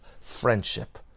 friendship